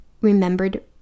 remembered